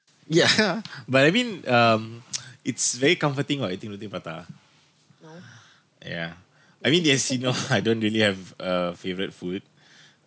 yeah but I mean um it's very comforting what eating roti prata lah yeah I think there is syndrome I don't really have a favourite food